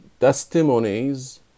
testimonies